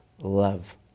love